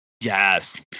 Yes